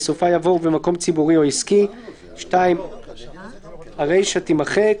בסופה יבוא ״ובמקום ציבורי או עסקי״; (2)הרישה תימחק,